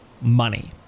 money